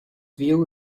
view